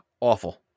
Awful